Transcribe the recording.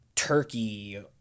turkey